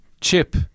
chip